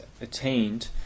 attained